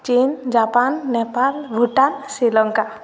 ଚୀନ୍ ଜାପାନ ନେପାଲ ଭୁଟାନ ଶ୍ରୀଲଙ୍କା